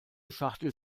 schachtel